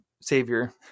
savior